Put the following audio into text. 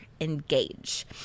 engage